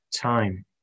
time